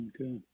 Okay